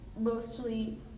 mostly